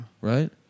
Right